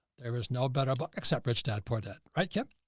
there is no better book except rich dad, poor dad, right? yep.